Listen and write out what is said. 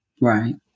Right